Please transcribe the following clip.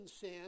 sin